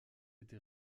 été